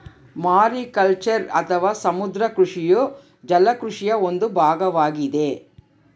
mariculture ಅಥವಾ ಸಮುದ್ರ ಕೃಷಿಯು ಜಲ ಕೃಷಿಯ ಒಂದು ಭಾಗವಾಗಿದೆ